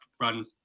run